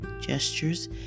gestures